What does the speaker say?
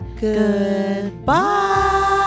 Goodbye